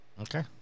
okay